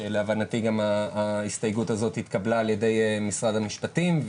כשלהבנתי ההסתייגות הזאת גם התקבלה על ידי משרד המשפטים,